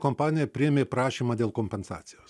kompanija priėmė prašymą dėl kompensacijos